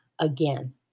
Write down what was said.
again